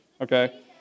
Okay